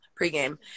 pregame